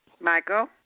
Michael